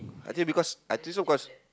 I think because I think so because